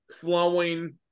flowing